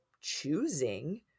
choosing